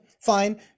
fine